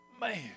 Man